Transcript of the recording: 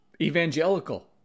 evangelical